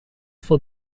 for